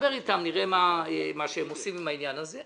אדבר איתם, נראה מה שהם עושים עם העניין הזה.